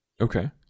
okay